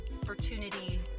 opportunity